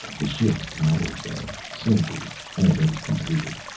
the ship towered there, silvery, already completed.